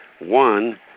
One